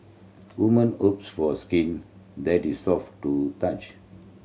woman hopes for a skin that is soft to touch